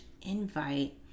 invite